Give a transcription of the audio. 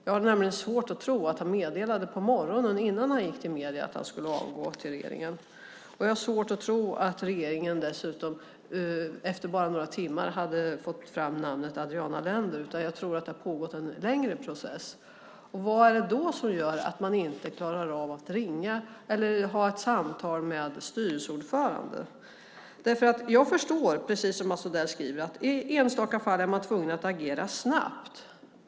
Jag har nämligen svårt att tro att han meddelade regeringen att han skulle avgå på morgonen, innan han gick till medierna, och jag har svårt att tro att regeringen dessutom efter bara några timmar hade fått fram namnet Adriana Lender, utan jag tror att det hade pågått en längre process. Vad är det då som gör att man inte klarar av att ringa eller ha ett samtal med styrelseordföranden? Jag förstår, precis som Mats Odell skriver, att man i enstaka fall är tvungen att agera snabbt.